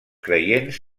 creients